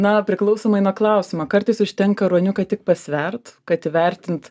na priklausomai nuo klausimo kartais užtenka ruoniuką tik pasvert kad įvertint